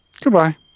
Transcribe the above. Goodbye